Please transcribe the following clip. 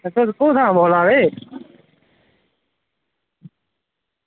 अच्छा तुस कुत्थां बोल्ला दे